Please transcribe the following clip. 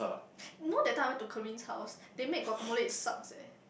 know that time I went to Karin's house they make guacamole is sucks eh